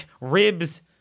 ribs